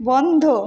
বন্ধ